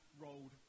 rolled